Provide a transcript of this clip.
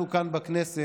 אנחנו כאן בכנסת